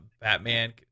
Batman